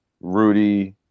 Rudy